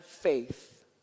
faith